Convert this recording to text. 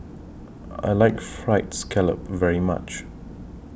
I like Fried Scallop very much